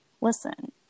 Listen